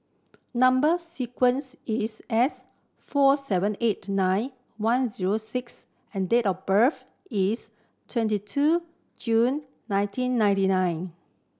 number sequence is S four seven eight nine one zero six and date of birth is twenty two June nineteen ninety nine